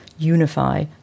unify